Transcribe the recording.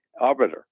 Orbiter